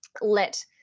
let